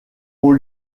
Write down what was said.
ont